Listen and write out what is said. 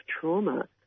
trauma